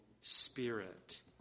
spirit